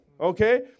okay